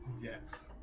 Yes